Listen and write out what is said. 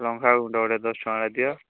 ରମ୍ଭା ଗୋଟେ ଦଶ ଟଙ୍କାର ଦିଅ